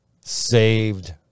saved